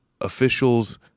officials